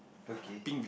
okay